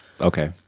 Okay